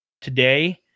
Today